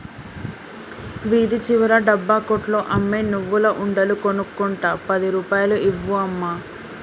వీధి చివర డబ్బా కొట్లో అమ్మే నువ్వుల ఉండలు కొనుక్కుంట పది రూపాయలు ఇవ్వు అమ్మా